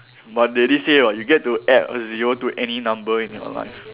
but they did say what you get to add a zero to any number in your life